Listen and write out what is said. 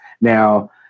Now